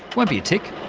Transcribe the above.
won't be a tick.